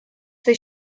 they